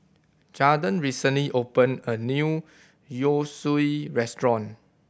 Jadon recently opened a new Yosui restaurant